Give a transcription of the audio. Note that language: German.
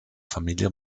familie